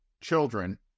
children